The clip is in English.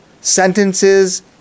sentences